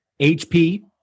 HP